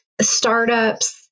startups